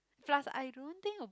plus I don't think it will